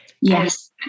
Yes